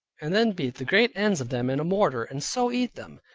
and then beat the great ends of them in a mortar, and so eat them.